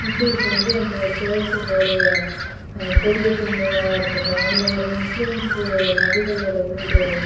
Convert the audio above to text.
இந்துஸ்ஸ வந்து அந்த சேர்ச்சிக்கோடைய கொடியேற்றம் விழாவாக இருக்கட்டும் இல்லை ஒரு முஸ்லீம்ஸ்க்கு நபிகளோட இதுக்கு